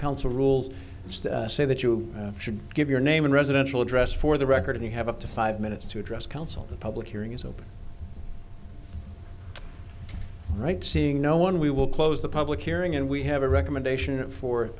council rules say that you should give your name and residential address for the record and you have a five minutes to address council the public hearing is open right seeing no one we will close the public hearing and we have a recommendation